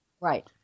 Right